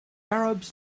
arabs